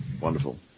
Wonderful